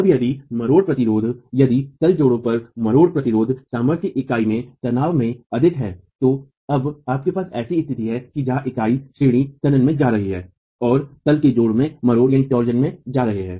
अब यदि मरोड़ प्रतिरोध यदि तल जोड़ों पर मरोड़ प्रतिरोध सामर्थ्य की इकाई से तनाव में अधिक हैतो अब आपके पास ऐसी स्थिति है जहां इकाईश्रेणी तनन में जा रही है और तल के जोड़ मरोड़ में जा रहा है